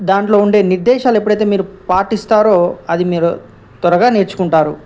దాంట్లో ఉండే నిర్దేశాలు ఎప్పుడైతే మీరు పాటిస్తారో అది మీరు త్వరగా నేర్చుకుంటారు